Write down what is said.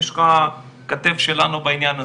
יש לך כתף שלנו בעניין הזה.